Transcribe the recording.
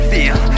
Feel